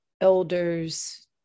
elders